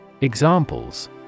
Examples